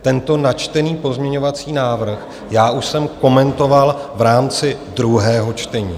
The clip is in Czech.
Tento načtený pozměňovací návrh už jsem komentoval v rámci druhého čtení.